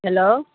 hello